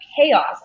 chaos